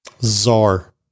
Czar